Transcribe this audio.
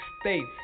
States